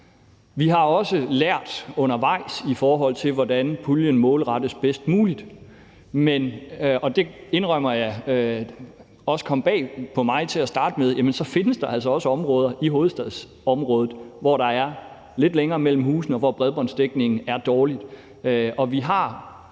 Vi har også lært undervejs, hvordan puljen målrettes bedst muligt, og jeg indrømmer, at det til at starte med også kom bag på mig, at der altså også findes områder i hovedstadsområdet, hvor der er lidt længere mellem husene, og hvor bredbåndsdækningen er dårlig.